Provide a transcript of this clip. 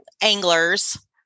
anglers